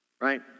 Right